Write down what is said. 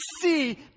see